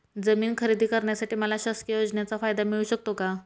जमीन खरेदी करण्यासाठी मला शासकीय योजनेचा फायदा मिळू शकतो का?